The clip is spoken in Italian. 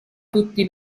tutti